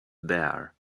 bare